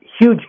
huge